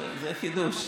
זה חידוש.